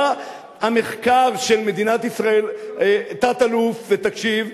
בא המחקר של מדינת ישראל, תת-אלוף, תקשיב,